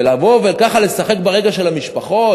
ולבוא וככה לשחק ברגש של המשפחות?